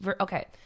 Okay